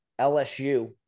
LSU